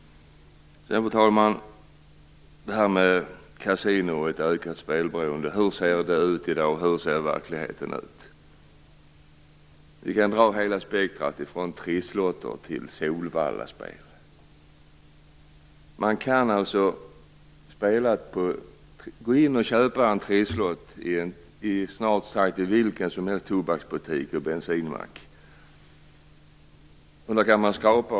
Fru talman! Det talas om kasino och ökat spelberoende. Hur ser det ut i verkligheten? Vi kan dra hela spektrumet från Trisslotter till Solvallaspel. Man kan köpa en Trisslott i snart sagt vilken tobaksbutik och bensinmack som helst.